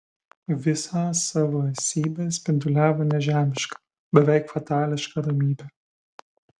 visą savo esybe spinduliavo nežemišką beveik fatališką ramybę